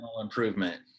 improvement